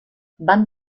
van